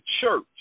church